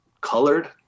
colored